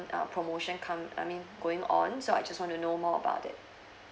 uh promotion come I mean going on so I just want to know more about it